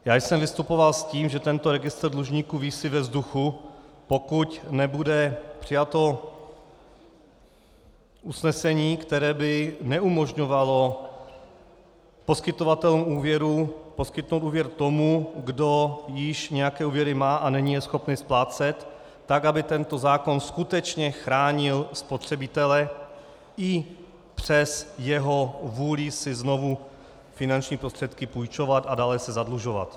Já jsem vystupoval s tím, že tento registr visí ve vzduchu, pokud nebude přijato usnesení, které by neumožňovalo poskytovatelům úvěrů poskytnout úvěr tomu, kdo již nějaké úvěry má a není je schopný splácet, tak aby tento zákon skutečně chránil spotřebitele i přes jeho vůli si znovu finanční prostředky půjčovat a dále se zadlužovat.